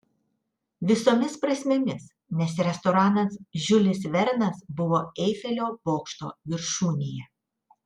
visomis prasmėmis nes restoranas žiulis vernas buvo eifelio bokšto viršūnėje